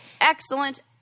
Excellent